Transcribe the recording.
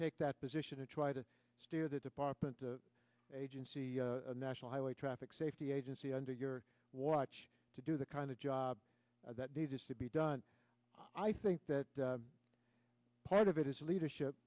take that position and try to steer the department of agency the national highway traffic safety agency under your watch to do the kind of job that needs to be done i think that part of it is leadership